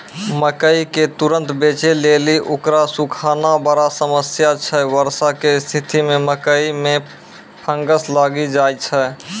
मकई के तुरन्त बेचे लेली उकरा सुखाना बड़ा समस्या छैय वर्षा के स्तिथि मे मकई मे फंगस लागि जाय छैय?